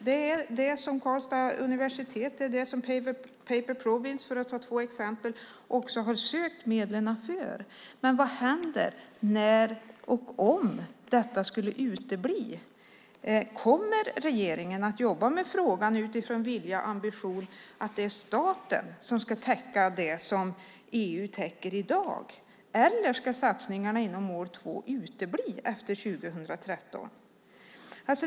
Det är det som Karlstads universitet och Paper Province, för att ta två exempel, har sökt medel för. Men vad händer när och om detta skulle utebli? Kommer regeringen att jobba med frågan utifrån viljan och ambitionen att det är staten som ska täcka det som EU täcker i dag eller ska satsningarna inom mål 2 utebli efter 2013?